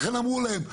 לכן אמרו להם,